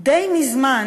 די מזמן,